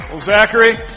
Zachary